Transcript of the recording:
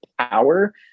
power